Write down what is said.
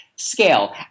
Scale